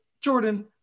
Jordan